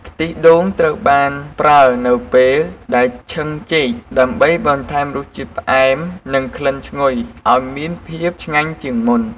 ខ្ទិះដូងត្រូវបានប្រើនៅពេលដែលឆឹងចេក ដើម្បីបន្ថែមរសជាតិផ្អែម និងក្លិនឈ្ងុយឱ្យមានភាពឆ្ងាញ់ជាងមុន។